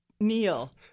Neil